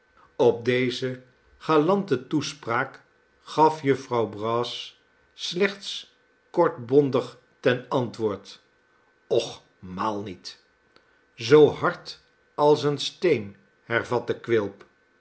op deze galante toespraak gaf jufvrouw brass slechtskortbondigtenantwoord och maalniet zoo hard als een steen hervatte quilp